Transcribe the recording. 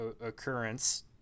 occurrence